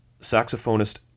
saxophonist